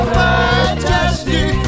fantastic